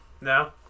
No